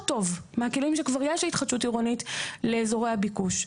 טוב מהכלים שכבר יש להתחדשות עירונית לאזורי הביקוש.